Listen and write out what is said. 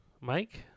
Mike